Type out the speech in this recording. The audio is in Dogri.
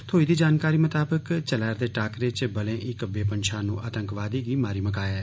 थ्होई दी जानकारी मताबक चलै'रदे टाकरे च बलें इक्क बेपंछानु आतंकवादी गी मारी मकाया ऐ